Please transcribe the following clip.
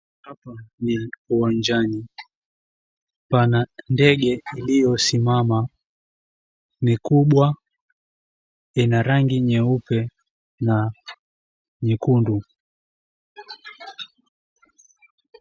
Hapa ni uwanjani. Pana ndege iliyosimama. Ni kubwa, ina rangi nyeupe na nyekundu.